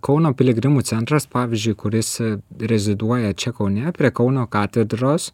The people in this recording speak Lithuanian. kauno piligrimų centras pavyzdžiui kuris reziduoja čia kaune prie kauno katedros